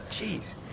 Jeez